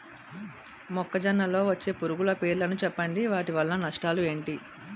మొక్కజొన్న లో వచ్చే పురుగుల పేర్లను చెప్పండి? వాటి వల్ల నష్టాలు ఎంటి?